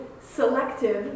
selective